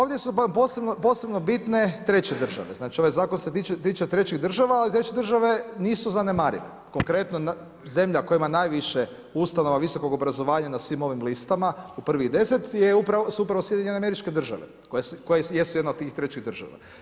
Ovdje su posebno bitne treće države, znači ovaj zakon se tiče trećih država ali treće države nisu zanemarive, konkretno zemlja koja ima najviše ustanova visokog obrazovanja na svim ovim listama u prvih 10 su SAD koje jesu jedne od tih trećih država.